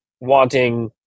wanting